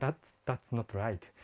that's that's not right,